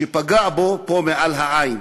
שפגע בו פה, מעל העין,